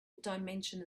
dimension